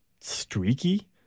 streaky